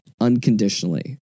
Unconditionally